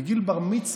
בגיל בר-מצווה,